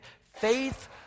Faith